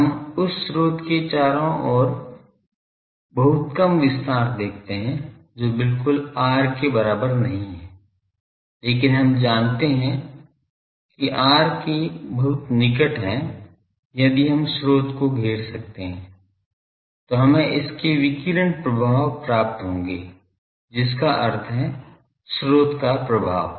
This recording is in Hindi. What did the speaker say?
हम उस स्रोत के चारों ओर बहुत कम विस्तार में देखते हैं जो बिल्कुल r के बराबर नहीं हैं लेकिन हम जानते हैं कि r के बहुत निकट हैं यदि हम स्रोत को घेर सकते हैं तो हमें इसके विकिरण प्रभाव प्राप्त होंगे जिसका अर्थ है स्रोत का प्रभाव